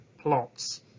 plots